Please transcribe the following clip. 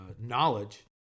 knowledge